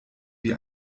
wie